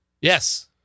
Yes